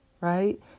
right